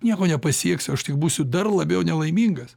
nieko nepasieksiu aš tik būsiu dar labiau nelaimingas